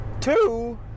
Two